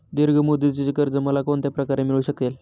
दीर्घ मुदतीचे कर्ज मला कोणत्या प्रकारे मिळू शकेल?